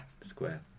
Square